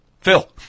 Phil